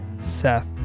Seth